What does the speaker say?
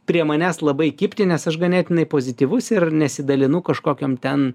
prie manęs labai kibti nes aš ganėtinai pozityvus ir nesidalinu kažkokiom ten